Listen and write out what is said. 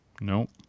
Nope